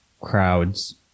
crowds